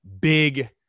big